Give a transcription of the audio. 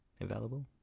available